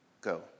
go